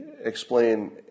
explain